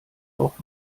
auch